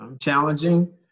challenging